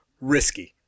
risky